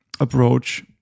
approach